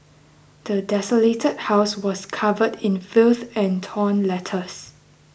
the desolated house was covered in filth and torn letters